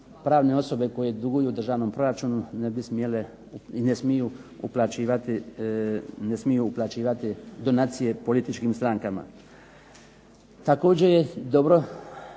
pravne osobe koje duguju državnom proračunu ne bi smjele i ne smiju uplaćivati donacije političkim strankama. Također je dobro